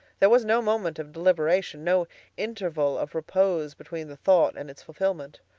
there was no moment of deliberation, no interval of repose between the thought and its fulfillment.